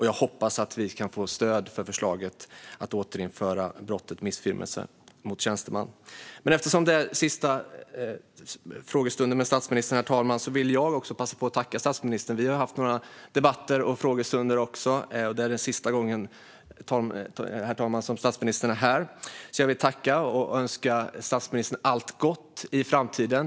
Jag hoppas att vi kan få stöd för förslaget att återinföra brottet missfirmelse mot tjänsteman. Eftersom det är sista frågestunden med statsministern, herr talman, vill jag också passa på att tacka statsministern. Vi har ju haft några debatter och frågestunder. Det här är sista gången statsministern är här, herr talman, så jag vill tacka och önska statsministern allt gott i framtiden.